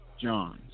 Johns